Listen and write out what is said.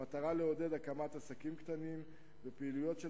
במטרה לעודד הקמת עסקים קטנים ופעילויות של